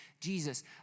Jesus